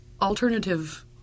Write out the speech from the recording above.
alternative